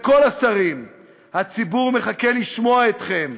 לכל השרים: הציבור מחכה לשמוע אתכם.